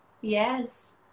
Yes